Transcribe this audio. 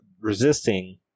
resisting